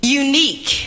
unique